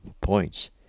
Points